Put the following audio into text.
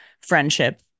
friendship